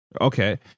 Okay